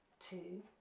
two,